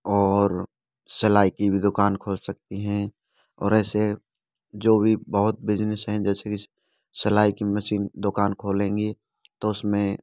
और सिलाई की भी दुकान खोल सकती हैं और ऐसे जो भी बहुत बिज़नेस हैं जैसे कि सिलाई की मसीन दुकान खोलेंगी तो उसमें